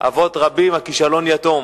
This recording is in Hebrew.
אבות רבים, הכישלון יתום.